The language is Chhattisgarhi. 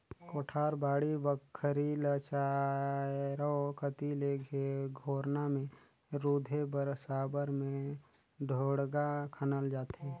कोठार, बाड़ी बखरी ल चाएरो कती ले घोरना मे रूधे बर साबर मे ढोड़गा खनल जाथे